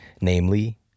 namely